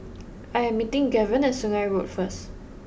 I am meeting Gaven at Sungei Road first